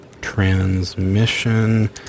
transmission